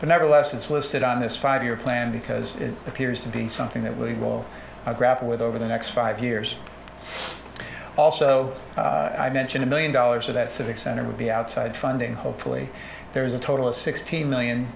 but nevertheless it's listed on this five year plan because it appears to be something that we will grapple with over the next five years also i mentioned a million dollars of that civic center would be outside funding hopefully there's a total of sixteen million